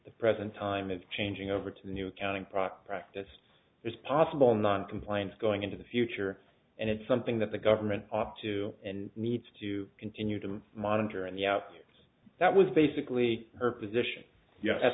the present time it's changing over to the new accounting product practice is possible noncompliance going into the future and it's something that the government ought to and needs to continue to monitor and yeah that was basically her position